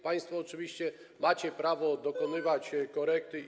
Państwo oczywiście macie prawo dokonywać korekty i zmian.